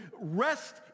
rest